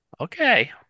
okay